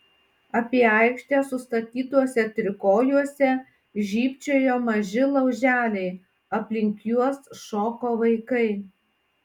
apie aikštę sustatytuose trikojuose žybčiojo maži lauželiai aplink juos šoko vaikai